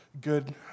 good